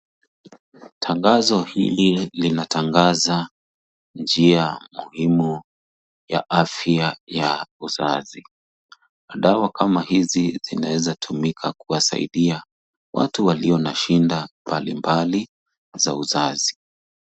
Tangazo hili linatangaza njia muhimu ya afya ya uzazi. Dawa kama hizi zinaweza tumika kuwa saidia watu walio na shida mbalimbali za uzazi.